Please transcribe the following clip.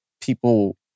people